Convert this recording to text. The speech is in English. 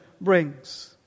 brings